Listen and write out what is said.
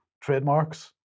trademarks